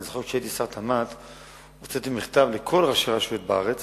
אני זוכר שכשהייתי שר התמ"ת הוצאתי מכתב לכל ראשי הרשויות בארץ